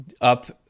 up